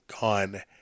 gone